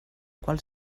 qual